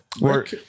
work